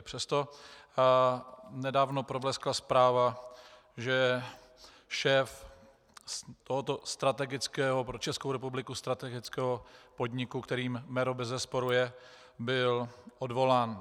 Přesto nedávno probleskla zpráva, že šéf tohoto strategického, pro Českou republiku strategického podniku, kterým MERO bezesporu je, byl odvolán.